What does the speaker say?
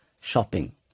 shopping